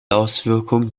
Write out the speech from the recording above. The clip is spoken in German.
auswirkung